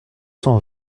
cent